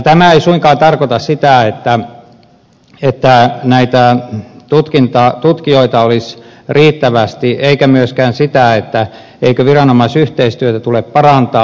tämä ei kuitenkaan tarkoita sitä että näitä tutkijoita olisi riittävästi eikä myöskään sitä etteikö viranomaisyhteistyötä tulisi parantaa